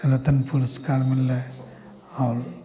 रतन पुरस्कार मिललइ आओर